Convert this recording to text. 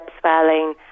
swelling